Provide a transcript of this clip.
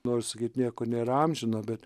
nors nieko nėra amžino bet